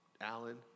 Alan